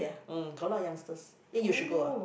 mm got a lot of youngsters eh you should go ah